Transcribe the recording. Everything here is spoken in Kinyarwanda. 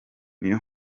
niyo